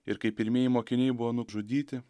ir kai pirmieji mokiniai buvo nužudyti